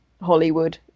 hollywood